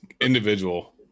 Individual